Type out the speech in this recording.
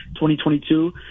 2022